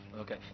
Okay